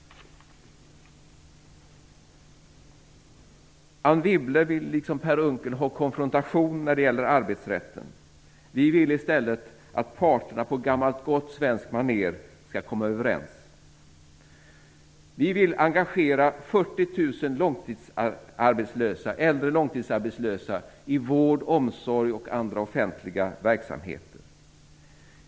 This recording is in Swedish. Anne Wibble vill liksom Per Unckel ha konfrontation när det gäller arbetsrätten. Vi vill i stället att parterna på gammalt gott svenskt maner skall komma överens. Vi vill engagera 40 000 äldre långstidsarbetslösa i vård, omsorg och andra offentliga verksamheter.